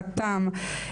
חתם,